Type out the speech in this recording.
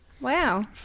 Wow